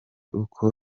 uko